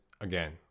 again